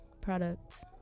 products